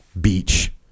beach